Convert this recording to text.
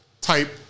type